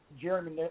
Jeremy